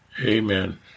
Amen